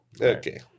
Okay